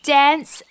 dance